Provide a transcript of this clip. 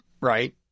right